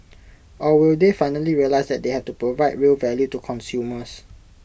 or will they finally realise that they have to provide real value to consumers